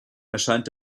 erscheint